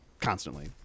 constantly